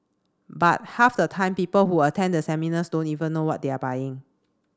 but half the time people who attend the seminars don't even know what they are buying